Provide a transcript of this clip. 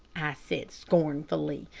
i said, scornfully.